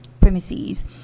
premises